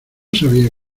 sabía